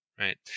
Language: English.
Right